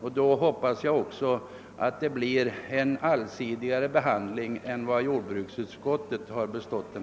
Jag hoppas att det då också blir en mera allsidig behandling av frågan än vad jordbruksutskottet har bestått den.